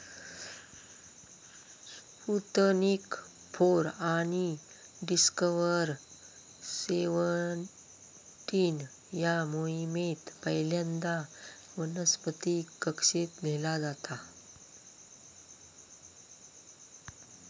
Sputnik four आणि Discover seventeen या मोहिमेत पहिल्यांदा वनस्पतीक कक्षेत नेला जाता